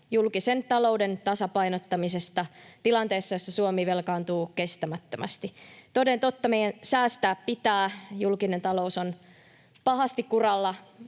julkisen talouden tasapainottamisesta tilanteessa, jossa Suomi velkaantuu kestämättömästi. Toden totta meidän pitää säästää, julkinen talous on pahasti kuralla.